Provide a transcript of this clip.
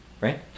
right